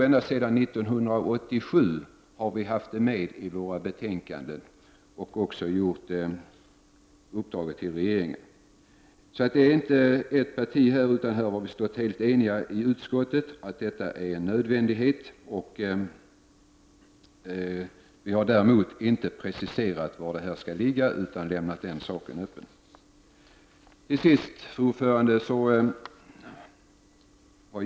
Ända sedan 1987 tror jag — har vi haft det med i våra betänkanden, och också gett uppdrag till regeringen. Det är alltså inte ert parti som begärt detta, utan vi har i utskottet varit helt eniga om att detta är en nödvändighet. Vi har däremot inte preciserat var laboratoriet skall ligga utan lämnat den saken öppen. Fru talman!